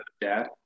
dad